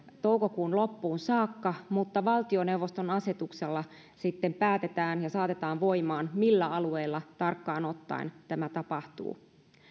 toukokuun loppuun saakka mutta valtioneuvoston asetuksella sitten päätetään ja saatetaan voimaan millä alueella tarkkaan ottaen tämä tapahtuu